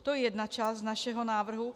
To je jedna část našeho návrhu.